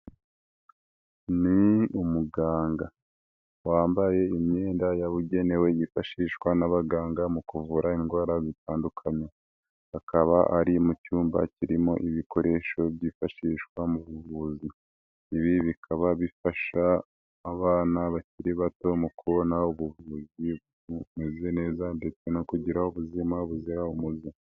Ni umuganga wambaye imyenda yabugenewe yifashishwa n'abaganga mu kuvura indwara zitandukanye. Akaba ari mu cyumba kirimo ibikoresho byifashishwa mu kuvura. Ibi bikaba bifasha abana bakiri bato mu kubona ubuvuzi bumeze neza ndetse no kugira ubuzima buzira umuze.